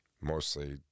mostly